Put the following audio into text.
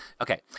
Okay